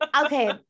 okay